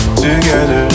together